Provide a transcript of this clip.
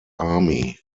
army